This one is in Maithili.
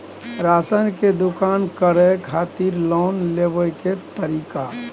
राशन के दुकान करै खातिर लोन लेबै के तरीका?